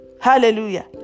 Hallelujah